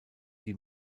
die